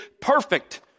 perfect